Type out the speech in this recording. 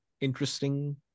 interesting